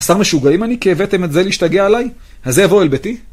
חסר משוגעים אני כי הבאתם את זה להשתגע עליי, אז זה יבוא אל ביתי.